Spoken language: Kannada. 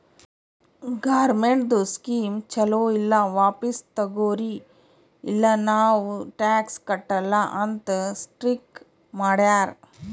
ಗೌರ್ಮೆಂಟ್ದು ಸ್ಕೀಮ್ ಛಲೋ ಇಲ್ಲ ವಾಪಿಸ್ ತಗೊರಿ ಇಲ್ಲ ನಾವ್ ಟ್ಯಾಕ್ಸ್ ಕಟ್ಟಲ ಅಂತ್ ಸ್ಟ್ರೀಕ್ ಮಾಡ್ಯಾರ್